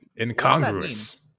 Incongruous